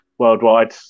worldwide